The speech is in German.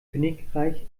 königreich